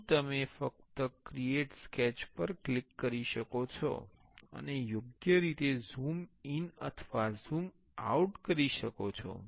અહીં તમે ફક્ત ક્રિએટ સ્કેચ પર ક્લિક કરી શકો છો અને યોગ્ય રીતે ઝૂમ ઇન અથવા ઝૂમ આઉટ કરી શકો છો